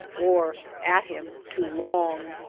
or at him too long.